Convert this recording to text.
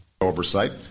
Oversight